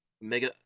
mega